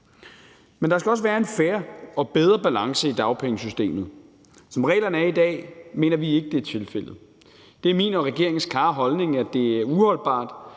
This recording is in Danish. Men der skal også være en fair og bedre balance i dagpengesystemet. Som reglerne er i dag, mener vi ikke at det er tilfældet. Det er min og regeringens klare holdning, at det er uholdbart,